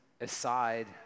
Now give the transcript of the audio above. aside